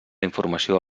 informació